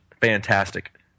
fantastic